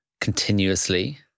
continuously